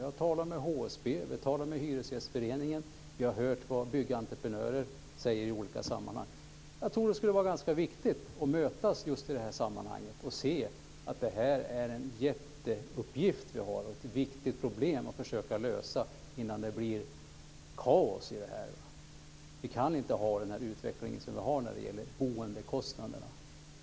Vi har talat med HSB och med Hyresgästföreningen, och vi har hört vad byggentreprenörer säger i olika sammanhang. Jag tror att det skulle vara ganska viktigt att mötas just i det här sammanhanget och se att det är en jätteuppgift vi har och att det är viktigt att försöka lösa problemet innan det blir kaos. Vi kan inte ha den här utvecklingen som vi har när det gäller boendekostnaderna.